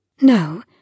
No